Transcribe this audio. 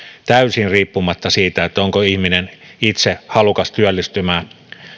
täysin riippumatta siitä onko ihminen itse halukas työllistymään